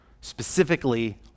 specifically